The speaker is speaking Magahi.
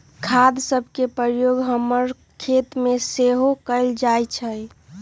खाद सभके प्रयोग हमर खेतमें सेहो कएल जाइ छइ